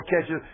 catches